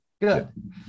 good